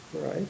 right